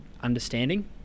understanding